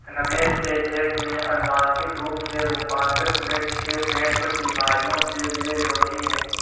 रमेश के खेत में अनुवांशिक रूप से रूपांतरित मिर्च के पेड़ कुछ बीमारियों के लिए निरोधी हैं